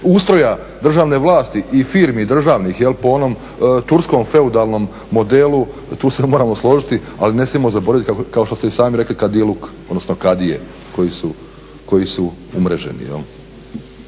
ustroja državne vlasti i firmi državnih jel po onom turskom feudalnom modelu tu se moramo složiti ali ne smijemo zaboraviti kao što ste i sami rekli kadiluk, odnosno kadije koji su umreženi